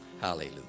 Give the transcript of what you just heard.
Hallelujah